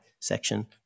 Section